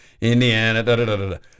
Indiana